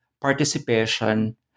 participation